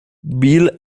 bill